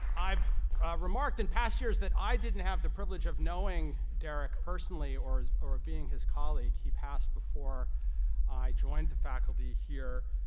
i've remarked in past years, that i didn't have the privilege of knowing derrick personally, or or being his colleague. he passed before i joined the faculty here,